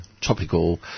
tropical